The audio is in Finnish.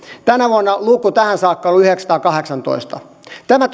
tänä vuonna luku tähän saakka on yhdeksänsataakahdeksantoista tämä